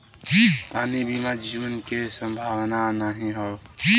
पानी बिना जीवन के संभावना नाही हौ